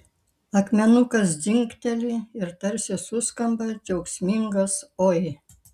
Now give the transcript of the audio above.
akmenukas dzingteli ir tarsi suskamba džiaugsmingas oi